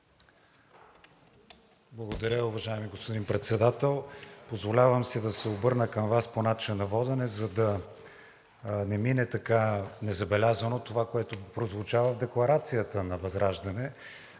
Благодаря, уважаеми господин Председател. Позволявам си да се обърна към Вас по начина на водене, за да не мине незабелязано това, което прозвуча в декларацията на ВЪЗРАЖДАНЕ.